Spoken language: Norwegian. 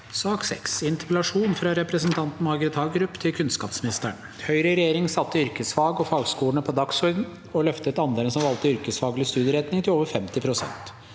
Interpellasjon fra representanten Margret Hagerup til kunnskapsministeren: «Høyre i regjering satte yrkesfag og fagskolene på dagsorden, og løftet andelen som valgte yrkesfaglig studi- eretning, til over 50 prosent.